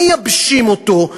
מייבשים אותו.